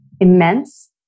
immense